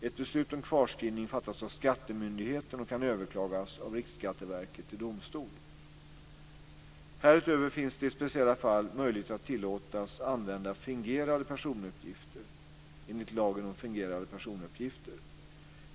Ett beslut om kvarskrivning fattas av skattemyndigheten och kan överklagas av Riksskatteverket till domstol. Härutöver finns det i speciella fall möjlighet att tillåtas använda fingerade personuppgifter enligt lagen om fingerade personuppgifter.